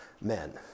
men